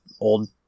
old